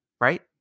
right